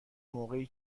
موقعی